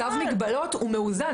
צו המגבלות הוא מאוזן.